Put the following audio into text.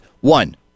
one